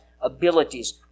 abilities